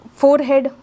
forehead